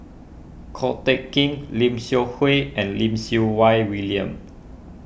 Ko Teck Kin Lim Seok Hui and Lim Siew Wai William